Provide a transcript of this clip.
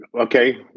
Okay